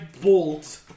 bolt